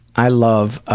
i love